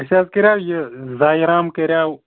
أسۍ حظ کَریو یہِ زایرام کَریو